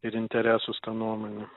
ir interesus ta nuomonė